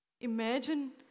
Imagine